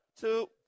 Two